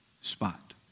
spot